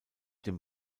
dem